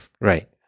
Right